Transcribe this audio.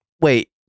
wait